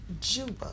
Juba